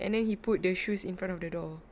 and then he put the shoes in front of the door